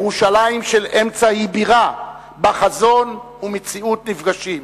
ירושלים של אמצע היא בירה שבה חזון ומציאות נפגשים.